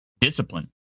discipline